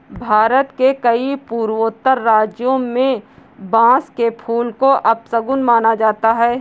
भारत के कई पूर्वोत्तर राज्यों में बांस के फूल को अपशगुन माना जाता है